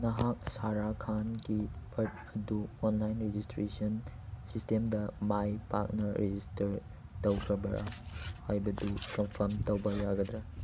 ꯅꯍꯥꯛ ꯁꯔꯥꯈꯥꯟꯒꯤ ꯕꯥꯔꯠ ꯑꯗꯤ ꯑꯣꯟꯂꯥꯏꯟ ꯔꯦꯖꯤꯁꯇ꯭ꯔꯦꯁꯟ ꯁꯤꯁꯇꯦꯝꯗ ꯃꯥꯏ ꯄꯥꯛꯅ ꯔꯦꯖꯤꯁꯇꯔ ꯇꯧꯈ꯭ꯔꯕꯔꯥ ꯍꯥꯏꯕꯗꯨ ꯀꯟꯐꯥꯝ ꯇꯧꯕ ꯌꯥꯒꯗ꯭ꯔꯥ